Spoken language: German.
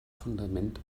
fundament